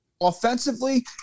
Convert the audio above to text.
Offensively